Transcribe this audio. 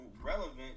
relevant